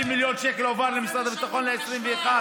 250 מיליון שקל הועברו למשרד הביטחון ל-2021.